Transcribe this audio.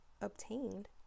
obtained